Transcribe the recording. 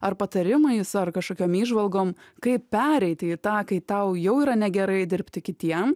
ar patarimais ar kažkokiom įžvalgom kaip pereiti į tą kai tau jau yra negerai dirbti kitiem